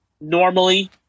normally